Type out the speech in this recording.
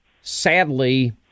sadly